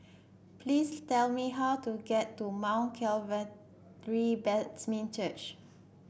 please tell me how to get to Mount Calvary Baptist Church